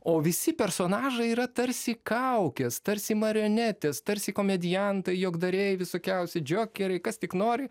o visi personažai yra tarsi kaukės tarsi marionetės tarsi komediantai juokdariai visokiausi džokeriai kas tik nori